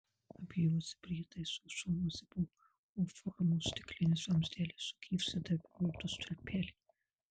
abiejuose prietaiso šonuose buvo u formos stiklinis vamzdelis su gyvsidabriu ir du stulpeliai